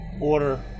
order